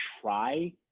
try